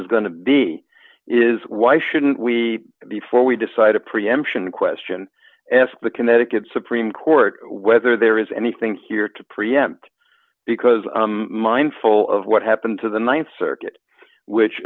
is going to be is why shouldn't we before we decide a preemption question asked the connecticut supreme court whether there is anything here to preempt because mindful of what happened to the th circuit which